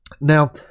Now